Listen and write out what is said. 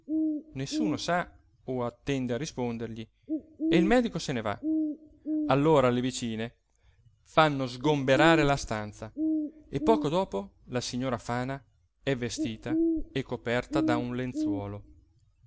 nessuno sa o attende a rispondergli e il medico se ne va allora le vicine fanno sgomberare la stanza e poco dopo la signora fana è vestita e coperta da un lenzuolo